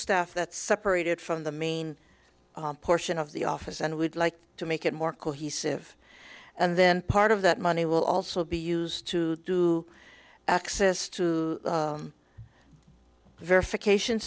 staff that separated from the main portion of the office and would like to make it more cohesive and then part of that money will also be used to access to verification